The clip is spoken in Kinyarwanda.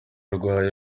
arwaye